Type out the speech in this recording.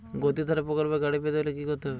গতিধারা প্রকল্পে গাড়ি পেতে হলে কি করতে হবে?